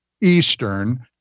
Eastern